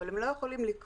אבל הם לא יכולים לכרוך